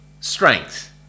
strength